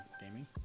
gaming